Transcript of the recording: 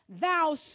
Thou